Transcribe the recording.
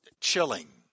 chilling